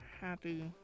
Happy